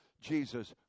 Jesus